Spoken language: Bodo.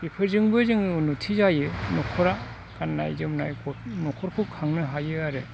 बेफोरजोंबो जोङो उन्नुथि जायो न'खरा गाननाय जोमनाय न'खरखौ खांनो हायो आरो